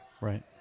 Right